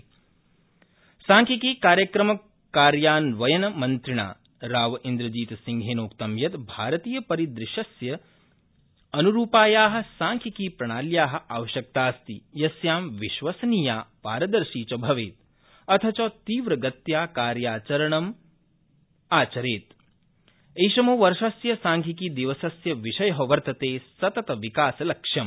सांख्यिकीमन्त्री सांख्यिकीकार्यक्रमकार्यान्वयनमन्त्रिणा रावइन्द्रजीतसिंहेनोक्तं यत् भारतीयपरिदृश्यस्य अनरूपाया सांख्यिकीप्रणाल्या आवश्यकता अस्ति यस्यां विश्वसनीया पारदर्शी च भवेत् अथ च तीव्रगत्या कार्यमाचरेत् ऐषमो वर्षस्य सांख्यिकी दिवसस्य विषय वर्तते सततविकासलक्ष्यम